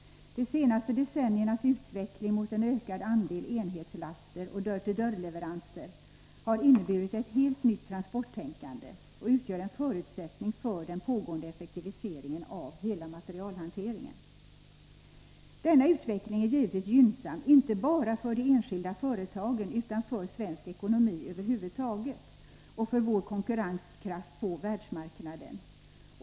De senaste decenniernas utveckling mot en ökande andel enhetslaster och dörr-till-dörr-leveranser har inneburit ett helt nytt transporttänkande och utgör en förutsättning för den pågående effektiviseringen av hela materialhanteringen. Denna utveckling är givetvis gynnsam inte bara för de enskilda företagen utan för svensk ekonomi över huvud taget och för vår konkurrenskraft på världsmarknaden.